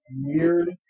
weird